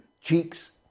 cheeks